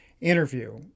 interview